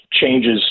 changes